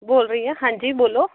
ਬੋਲ ਰਹੀ ਹਾਂ ਹਾਂਜੀ ਬੋਲੋ